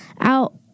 out